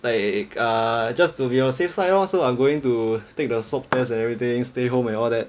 like err just to be on the safe side lor so I'm going to take the swab test and everything stay home and all that